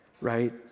right